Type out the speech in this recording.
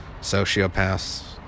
Sociopaths